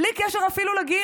בלי קשר לגיל.